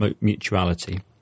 mutuality